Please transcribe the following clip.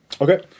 Okay